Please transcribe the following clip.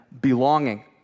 belonging